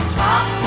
top